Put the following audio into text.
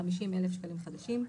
10,000שקלים חדשים.